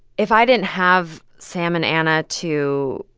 if i didn't have sam and anna to